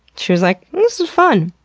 she was like, this is fun!